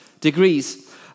degrees